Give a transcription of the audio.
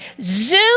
zoom